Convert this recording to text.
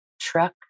truck